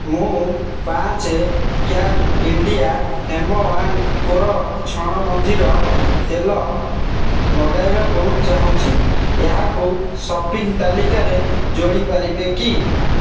ମୁଁ ପାଞ୍ଚ can India hemp and core ଛଣ ମଞ୍ଜିର ତେଲ ମଗାଇବାକୁ ଚାହୁଁଛି ଏହାକୁ ସପିଙ୍ଗ୍ ତାଲିକାରେ ଯୋଡ଼ି ପାରିବେ କି